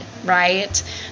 right